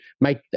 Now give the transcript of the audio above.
make